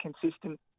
consistent